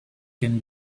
can